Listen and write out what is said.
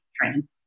training